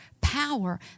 power